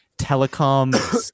Telecom